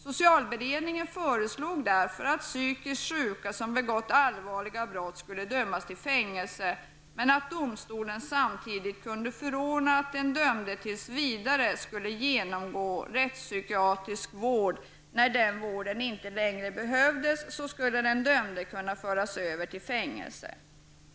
Socialberedningen har därför föreslagit att psykiskt störda som begått allvarliga brott skall dömas till fängelse, men att domstolen samtidigt kan förorda att den dömde tills vidare skall genomgå rättspsykiatrisk vård. När den vården inte längre behövs skall den dömde kunna föras över till fängelse.